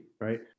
right